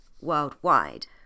worldwide